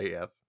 AF